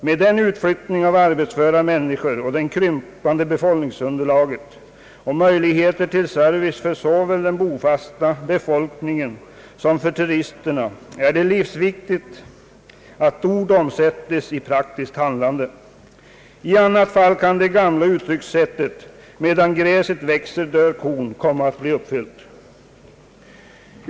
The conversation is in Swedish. Med hänsyn till utflyttningen av arbetsföra människor, det krympande befolkningsunderlaget och möjligheterna till service för såväl den bofasta befolkningen som turisterna är det livsviktigt att ord omsättes i praktiskt handlande. I annat fall kan det gamla uttryckssättet »medan gräset gror dör kon» komma att bli besannat.